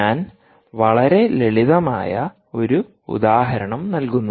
ഞാൻ വളരെ ലളിതമായ ഒരു ഉദാഹരണം നൽകുന്നു